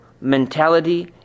mentality